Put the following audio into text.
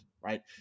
right